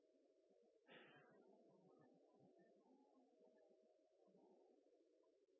ein